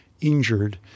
injured